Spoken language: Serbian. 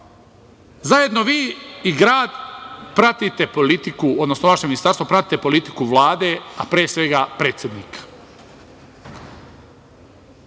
poslu. Zajedno vi i grad pratite politiku, odnosno vaše ministarstvo prate politiku Vlade, a pre svega predsednika.